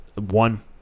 One